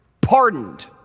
Pardoned